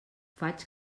faig